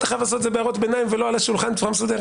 בהערות ביניים ולא על השולחן בצורה מסודרת.